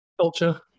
Culture